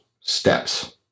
steps